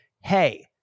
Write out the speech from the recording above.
hey